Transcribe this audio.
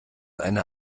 eine